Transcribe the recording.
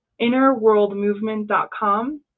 innerworldmovement.com